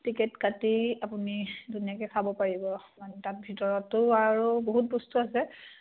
ticket কাটি আপুনি ধুনীয়াকৈ খাব পাৰিব মানে তাত ভিতৰতো আৰু বহুত বস্তু আছে